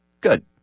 Good